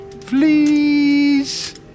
Please